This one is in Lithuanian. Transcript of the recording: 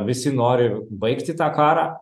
visi nori baigti tą karą